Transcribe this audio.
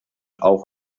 auch